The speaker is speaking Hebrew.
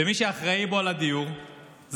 ומי שאחראי בו על הדיור הוא כבודו.